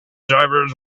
drivers